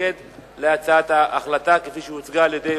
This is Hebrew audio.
אבל נגזלה מהם הזכות לקבל דרכון מהסיבות שדיברתי עליהן.